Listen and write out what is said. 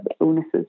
illnesses